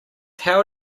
how